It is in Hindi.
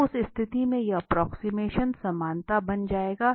तो उस स्थिति में यह एप्रोक्सिमेशन समानता बन जाएगा